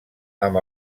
amb